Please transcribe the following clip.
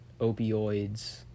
opioids